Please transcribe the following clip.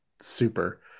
super